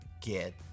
get